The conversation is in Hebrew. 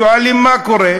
שואלים, מה קורה?